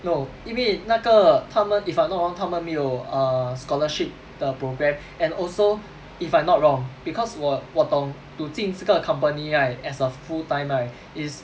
no 因为那个他们 if I'm not wrong 他们没有 err scholarship 的 programme and also if I'm not wrong because 我我懂 to 进这个 company right as a full time right is